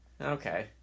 Okay